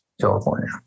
California